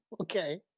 Okay